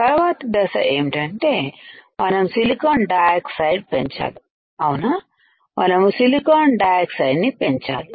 తర్వాతి దశ ఏంటంటే మనం సిలికాన్ డయాక్సైడ్ పెంచాలి అవునా మనము సిలికాన్ డయాక్సైడ్ ని పెంచాలి